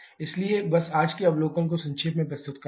इसलिए बस आज के अवलोकन को संक्षेप में प्रस्तुत करना है